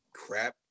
Crap